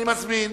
אני מזמין